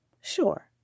Sure